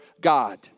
God